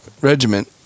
regiment